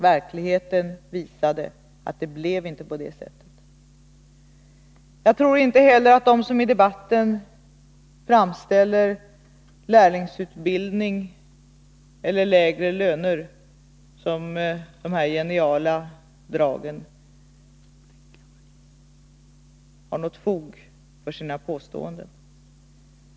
Verkligheten visade att det inte blev på det sättet. Jag tror inte heller att de som i debatten påstår att lärlingsutbildning eller lägre löner skulle vara andra geniala drag när det gäller att lösa problemen har något fog för sina påståenden.